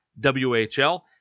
WHL